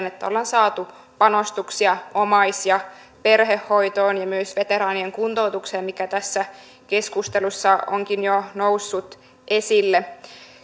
että ollaan saatu panostuksia omais ja perhehoitoon ja myös veteraanien kuntoutukseen mikä tässä keskustelussa onkin jo noussut esille